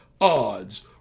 odds